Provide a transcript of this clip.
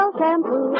Shampoo